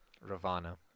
Ravana